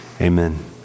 Amen